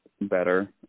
better